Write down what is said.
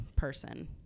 Person